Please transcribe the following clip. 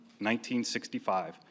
1965